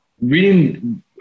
reading